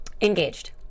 Engaged